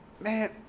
Man